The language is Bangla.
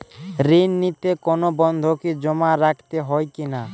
ঋণ নিতে কোনো বন্ধকি জমা রাখতে হয় কিনা?